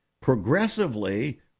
progressively